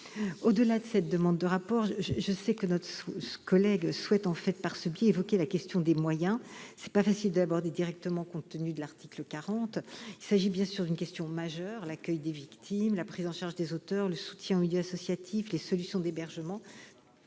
Au-delà de cette demande de rapport, je sais que notre collègue souhaite, par ce biais, évoquer la question des moyens, qui n'est pas facile à aborder directement compte tenu de l'application de l'article 40 de la Constitution. Il s'agit bien sûr d'une question majeure : l'accueil des victimes, la prise en charge des auteurs, le soutien au milieu associatif, les solutions d'hébergement